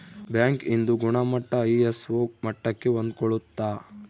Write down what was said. bank ಇಂದು ಗುಣಮಟ್ಟ ISO ಮಟ್ಟಕ್ಕೆ ಹೊಂದ್ಕೊಳ್ಳುತ್ತ